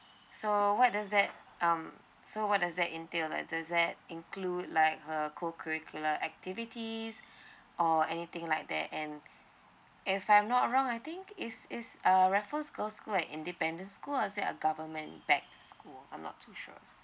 so what does that um so what does that entail like does that include like her cocurricular activities or anything like that and if I'm not wrong I think is is uh raffles girls' school an independent school or it's a government paid school I'm not sure